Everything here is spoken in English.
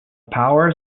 powers